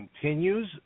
continues